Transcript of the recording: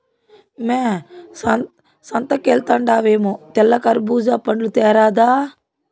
మ్మే సంతకెల్తండావేమో తెల్ల కర్బూజా పండ్లు తేరాదా